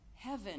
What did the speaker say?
Heaven